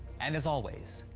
and as always.